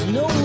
no